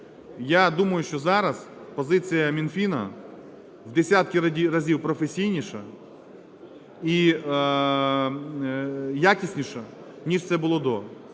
Я думаю, що зараз позиція Мінфіну в десятки разів професійніша і якісніша ніж це було до.